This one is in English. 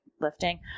lifting